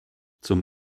zum